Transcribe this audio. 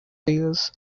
tears